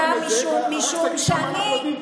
כשאתם הייתם במפלגות אחרות, תגיד תודה, משום שאני,